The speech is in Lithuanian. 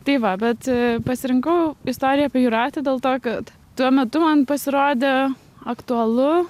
tai va bet pasirinkau istoriją apie jūratę dėl to kad tuo metu man pasirodė aktualu